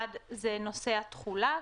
אחד הוא נושא התחולה,